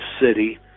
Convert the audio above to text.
city